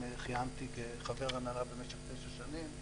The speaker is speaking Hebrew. ואז גם כיהנתי כחבר הנהלה במשך תשע שנים.